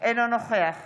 אינו נוכח